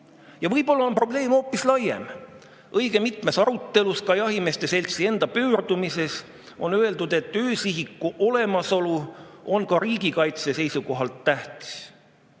Ja võib-olla on probleem hoopis laiem. Õige mitmes arutelus ja ka jahimeeste seltsi enda pöördumises on öeldud, et öösihiku olemasolu on ka riigikaitse seisukohalt tähtis.